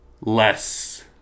less